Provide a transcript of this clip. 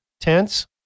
tense